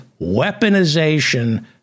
weaponization